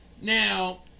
now